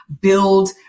build